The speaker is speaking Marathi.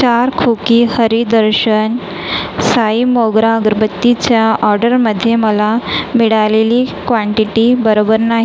चार खोकी हरी दर्शन साई मोगरा अगरबत्तीच्या ऑर्डरमध्ये मला मिळालेली क्वांटिटी बरोबर नाही